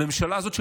הממשלה הזאת,